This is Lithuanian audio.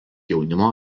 jaunimo